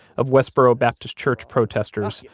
of westboro baptist church protesters,